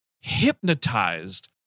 hypnotized